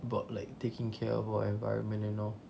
about like taking care of our environment and all